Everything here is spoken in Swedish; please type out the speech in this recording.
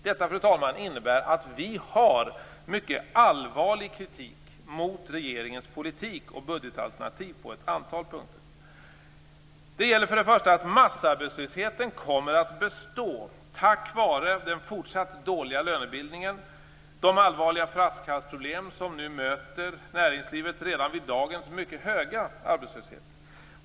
Detta, fru talman, innebär att vi har mycket allvarlig kritik mot regeringens politik och budgetalternativ på ett antal punkter. Det gäller först och främst att massarbetslösheten kommer att bestå på grund av den fortsatt dåliga lönebildningen och de allvarliga flaskhalsproblem som möter näringslivet redan vid dagens mycket höga arbetslöshet.